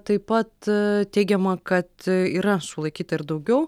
taip pat teigiama kad yra sulaikyta ir daugiau